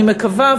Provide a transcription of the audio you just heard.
אני מקווה,